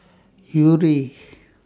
Yuri